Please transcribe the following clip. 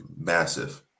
massive